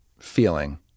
feeling